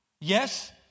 Yes